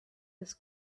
his